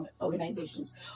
organizations